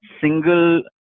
single